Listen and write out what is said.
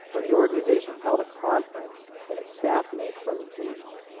where the organization held a conference and its staff made presentations.